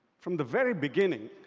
from the very beginning,